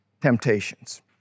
temptations